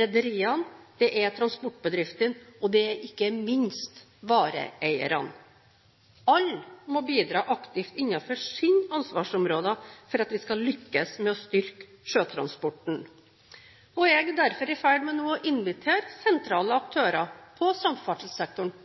rederier, transportbedrifter og ikke minst vareeiere. Alle må bidra aktivt innenfor sine ansvarsområder for at vi skal lykkes med å styrke sjøtransporten. Jeg er derfor nå i ferd med å invitere sentrale aktører i samferdselssektoren